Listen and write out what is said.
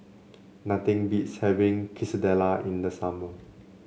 nothing beats having Quesadilla in the summer